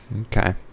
Okay